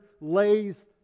lays